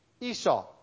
Esau